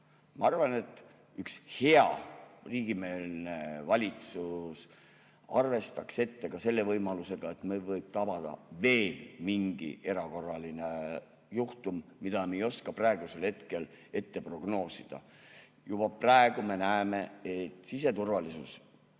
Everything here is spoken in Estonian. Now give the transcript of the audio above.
Ma arvan, et üks hea riigimeelne valitsus arvestaks ette ka selle võimalusega, et meid võib tabada veel mingi erakorraline juhtum, mida me ei oska praegu prognoosida. Juba praegu me näeme, et siseturvalisus,